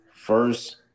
First